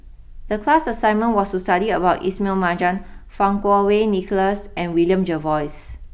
the class assignment was to study about Ismail Marjan Fang Kuo Wei Nicholas and William Jervois